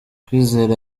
kwizera